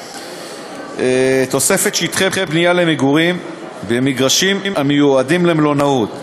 תוספת שטחי בנייה למגורים במגרשים המיועדים למלונאות.